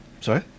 Sorry